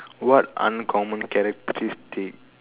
what uncommon characteristic